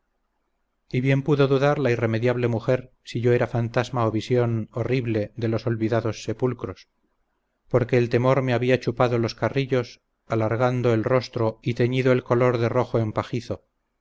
y bien pudo dudar la irremediable mujer si yo era fantasma o visión horrible de los olvidados sepulcros porque el temor me había chupado los carrillos alargando el rostro y teñido el color de rojo